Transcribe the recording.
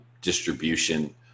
distribution